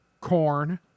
corn